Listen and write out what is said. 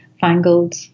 fangled